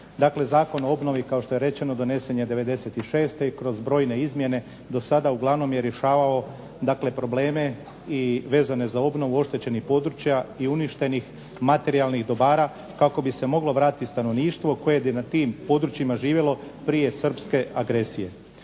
Zakon o obnovi kao što je rečeno donesen je '96. i kroz brojne izmjene dosada uglavnom je rješavao dakle probleme i vezane za obnovu oštećenih područja i uništenih materijalnih dobara kako bi se moglo vratiti stanovništvo koje bi na tim područjima živjelo prije srpske agresije.